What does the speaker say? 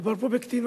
מדובר פה בקטינות.